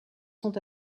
sont